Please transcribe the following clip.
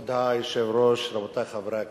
כבוד היושב-ראש, רבותי חברי הכנסת,